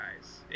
guys